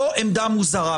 זו עמדה מוזרה.